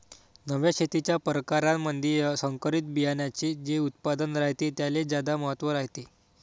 नव्या शेतीच्या परकारामंधी संकरित बियान्याचे जे उत्पादन रायते त्याले ज्यादा महत्त्व रायते